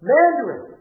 Mandarin